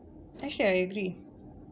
actually I agree